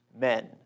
men